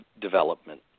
development